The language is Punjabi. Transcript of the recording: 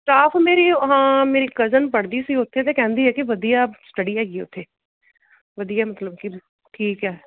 ਸਟਾਫ਼ ਮੇਰੀ ਹਾਂ ਮੇਰੀ ਕਜ਼ਨ ਪੜ੍ਹਦੀ ਸੀ ਉੱਥੇ ਅਤੇ ਕਹਿੰਦੀ ਏ ਕਿ ਵਧੀਆ ਸਟੱਡੀ ਹੈਗੀ ਉੱਥੇ ਵਧੀਆ ਮਤਲਬ ਕਿ ਠੀਕ ਹੈ